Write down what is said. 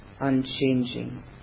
unchanging